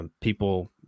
People